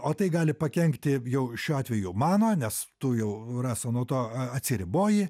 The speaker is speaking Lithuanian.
o tai gali pakenkti jau šiuo atveju mano nes tu jau rasa nuo to a a atsiriboji